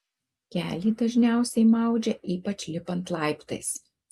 kelį dažniausiai maudžia ypač lipant laiptais